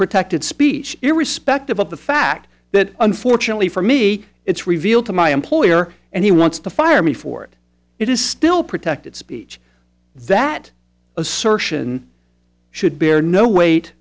protected speech irrespective of the fact that unfortunately for me it's revealed to my employer and he wants to fire me for it it is still protected speech that assertion should bear no w